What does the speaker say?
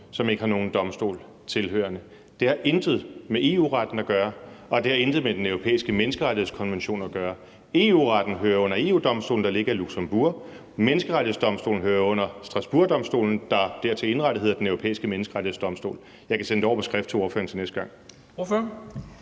som ikke har nogen domstol tilhørende. Det har intet med EU-retten at gøre, og det har intet med Den Europæiske Menneskerettighedskonvention at gøre. EU-retten hører under EU-Domstolen, der ligger i Luxembourg, Menneskerettighedsdomstolen hører under Strasbourgdomstolen, der dertil indrettet hedder Den Europæiske Menneskerettighedsdomstol. Jeg kan sende det over på skrift til ordføreren til næste gang.